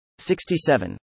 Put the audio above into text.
67